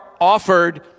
offered